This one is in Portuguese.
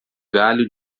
galho